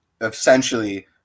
essentially